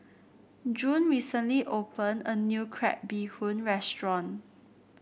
June recently opened a new Crab Bee Hoon restaurant